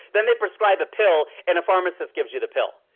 then they prescribe a pill and a pharmacist gives you the pill.